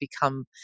become